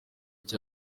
cya